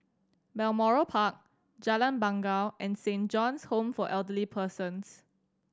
Balmoral Park Jalan Bangau and Saint John's Home for Elderly Persons